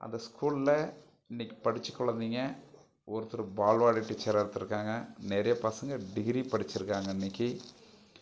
அந்த ஸ்கூலில் இன்னைக்கி படித்த குழந்தைங்களில் ஒருத்தர் பால்வாடி டீச்சராக எடுத்திருக்காங்க நிறைய பசங்கள் டிகிரி படித்திருக்காங்க இன்னைக்கி